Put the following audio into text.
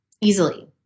easily